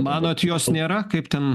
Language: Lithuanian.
manot jos nėra kaip ten